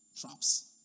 Traps